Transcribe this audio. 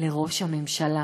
לראש הממשלה.